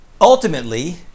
Ultimately